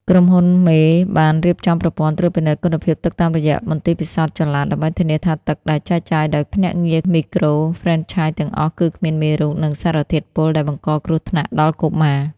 ក្រុមហ៊ុនមេបានរៀបចំប្រព័ន្ធត្រួតពិនិត្យគុណភាពទឹកតាមរយៈមន្ទីរពិសោធន៍ចល័ត ដើម្បីធានាថាទឹកដែលចែកចាយដោយភ្នាក់ងារមីក្រូហ្វ្រេនឆាយទាំងអស់ គឺគ្មានមេរោគ និងសារធាតុពុលដែលបង្កគ្រោះថ្នាក់ដល់កុមារ។